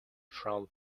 from